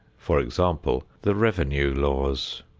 for example, the revenue laws.